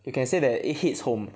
you can say that it hits home